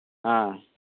ꯑꯥ